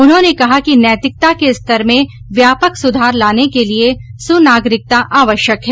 उन्होंने कहा कि नैतिकता के स्तर में व्यापक सुधार लाने के लिये सुनागरिकता आवश्यक है